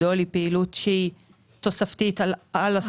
בית הספר של החופש הגדול הוא פעילות שהיא תוספתית --- אז